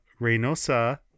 Reynosa